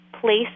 place